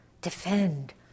Defend